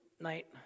night